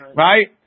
right